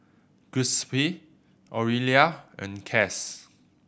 Giuseppe Orelia and Cas